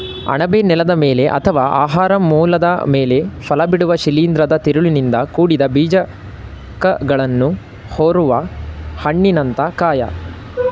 ಅಣಬೆ ನೆಲದ ಮೇಲೆ ಅಥವಾ ಆಹಾರ ಮೂಲದ ಮೇಲೆ ಫಲಬಿಡುವ ಶಿಲೀಂಧ್ರದ ತಿರುಳಿನಿಂದ ಕೂಡಿದ ಬೀಜಕಗಳನ್ನು ಹೊರುವ ಹಣ್ಣಿನಂಥ ಕಾಯ